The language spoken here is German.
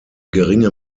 geringe